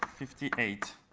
fifty eight,